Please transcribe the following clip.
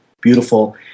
beautiful